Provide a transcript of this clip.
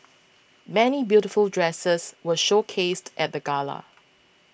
many beautiful dresses were showcased at the gala